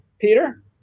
Peter